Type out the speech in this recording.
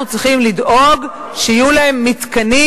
ואנחנו צריכים לדאוג שיהיו להם מתקנים.